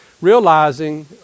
Realizing